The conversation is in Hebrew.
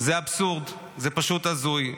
זה אבסורד, זה פשוט הזוי.